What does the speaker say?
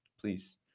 please